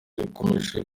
yakomeje